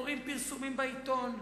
קוראים פרסומים בעיתון,